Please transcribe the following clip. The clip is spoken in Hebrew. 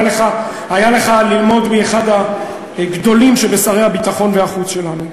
היה לך ללמוד מאחד הגדולים שבשרי הביטחון והחוץ שלנו.